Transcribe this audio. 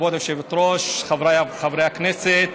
כבוד היושבת-ראש, חבריי חברי הכנסת,